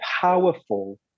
powerful